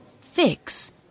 Fix